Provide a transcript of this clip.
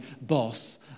boss